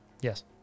Yes